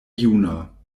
juna